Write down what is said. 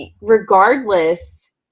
regardless